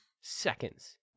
Seconds